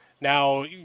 now